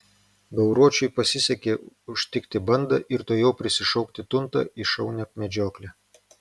gauruočiui pasisekė užtikti bandą ir tuojau prisišaukti tuntą į šaunią medžioklę